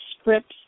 scripts